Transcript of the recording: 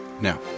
Now